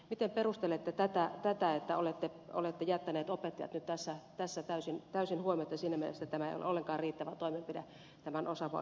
miten perustelette tätä että olette jättäneet opettajat nyt tässä täysin huomiotta siinä mielessä että tämä ei ole ollenkaan riittävä toimenpide tämän osaava ohjelman kautta